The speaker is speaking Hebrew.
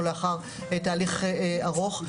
או לאחר תהליך ארוך.